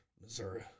Missouri